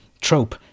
trope